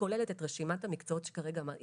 שכוללת את רשימת המקצועות שכרגע מניתי,